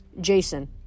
Jason